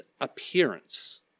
appearance